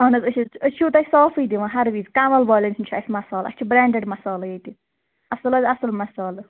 اَہَن حظ أسۍ حظ چھِ أسۍ چھُو تۄہہِ صافٕے دِوان ہر وِزِ کَنٛول والٮ۪ن ہٕنٛز چھِ اَسہِ مَصال اَسہِ چھِ برٛینٛڈِڈ مصالہٕ ییٚتہِ اَصٕل حظ اَصٕل مصالہٕ